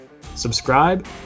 Subscribe